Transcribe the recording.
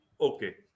Okay